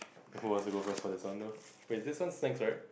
who wants to go first for this one though wait this one's next right